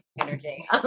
energy